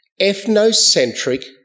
ethnocentric